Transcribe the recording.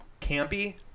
campy